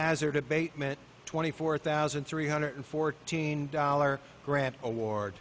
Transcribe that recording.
hazard abatement twenty four thousand three hundred fourteen dollars grant award